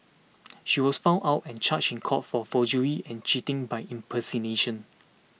she was found out and charged in court for forgery and cheating by impersonation